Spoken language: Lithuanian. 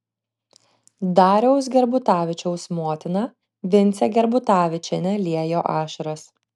dariaus gerbutavičiaus motina vincė gerbutavičienė liejo ašaras